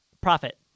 profit